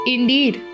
Indeed